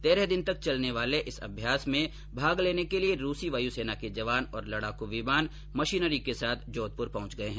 तेरह दिन तक चलने वाले इस अभ्यास में भाग लेने के लिए रूसी वायुसेना के जवान और लड़ाकू विमान मशीनरी के साथ जोधपुर पहुंच गए हैं